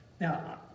Now